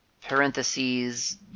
parentheses